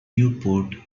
newport